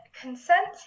Consent